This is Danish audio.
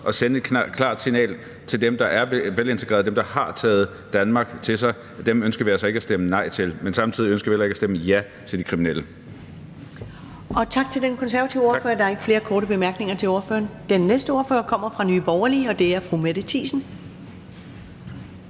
at sende et klart signal til dem, der er velintegrerede, og dem, der har taget Danmark til sig – dem ønsker vi altså ikke at stemme nej til. Men samtidig ønsker vi heller ikke at stemme ja til de kriminelle. Kl. 13:07 Første næstformand (Karen Ellemann): Tak til den konservative ordfører. Der er ikke flere korte bemærkninger til ordføreren. Den næste ordfører kommer fra Nye Borgerlige, og det er Fru Mette Thiesen.